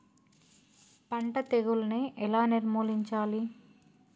పంట తెగులుని ఎలా నిర్మూలించాలి?